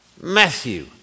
Matthew